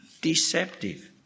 deceptive